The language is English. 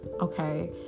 okay